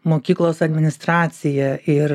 mokyklos administracija ir